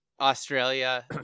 australia